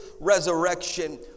resurrection